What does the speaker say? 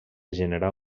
generar